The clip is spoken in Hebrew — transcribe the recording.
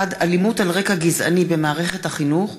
1. אלימות על רקע גזעני במערכת החינוך,